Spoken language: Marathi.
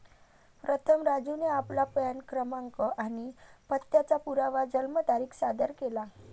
प्रथम राजूने आपला पॅन क्रमांक आणि पत्त्याचा पुरावा जन्मतारीख सादर केला